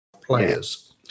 players